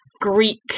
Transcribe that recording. Greek